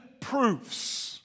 proofs